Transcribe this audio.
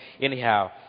Anyhow